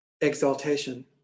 Exaltation